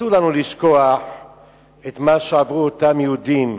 אסור לנו לשכוח את מה שעברו אותם יהודים.